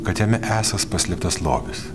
kad jame esąs paslėptas lobis